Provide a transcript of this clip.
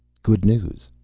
good news.